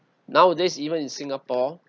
nowadays even in singapore